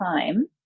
time